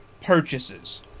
purchases